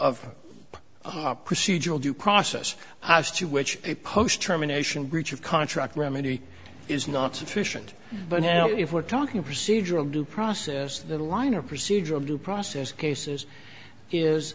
of procedural due process to which a post terminations breach of contract remedy is not sufficient but if we're talking procedural due process the line or procedural due process cases is